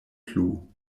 plu